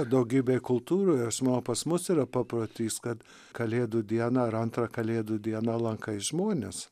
daugybė kultūroje aš manau pas mus yra paprotys kad kalėdų dieną ar antrą kalėdų dieną lankai žmones